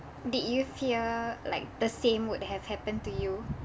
did you fear like the same would have happened to you